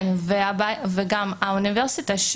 וגם האוניברסיטה,